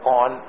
on